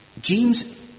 James